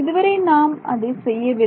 இதுவரை நாம் அதை செய்யவில்லை